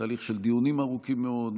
תהליך של דיונים ארוכים מאוד,